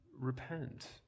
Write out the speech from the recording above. repent